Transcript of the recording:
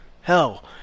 hell